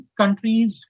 countries